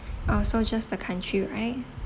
oh so just the country right